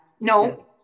no